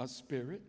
a spirit